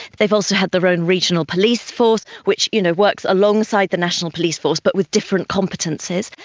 they've also had their own regional police force, which you know works alongside the national police force but with different competencies.